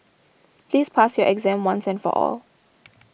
please pass your exam once and for all